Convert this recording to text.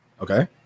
Okay